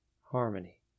harmony